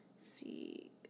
See